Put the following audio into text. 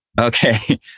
Okay